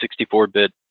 64-bit